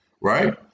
right